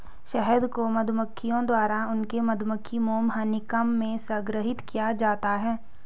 शहद को मधुमक्खियों द्वारा उनके मधुमक्खी मोम हनीकॉम्ब में संग्रहीत किया जाता है